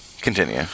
Continue